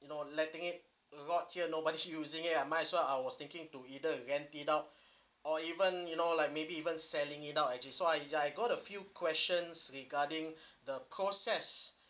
you know letting it rot here nobody is using it my as well I was thinking to either rent it out or even you know like maybe even selling it out actually so I I got a few questions regarding the process